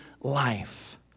life